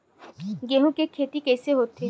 गेहूं के खेती कइसे होथे?